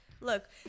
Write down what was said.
Look